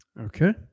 Okay